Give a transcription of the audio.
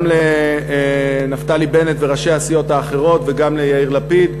גם לנפתלי בנט וראשי הסיעות האחרות וגם ליאיר לפיד.